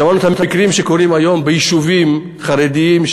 שמענו את המקרים שקורים היום ביישובים חרדיים,